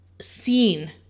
seen